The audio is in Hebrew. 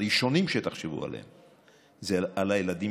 הראשונים שתחשבו עליהם זה על הילדים